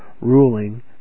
ruling